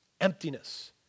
emptiness